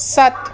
ਸੱਤ